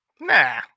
Nah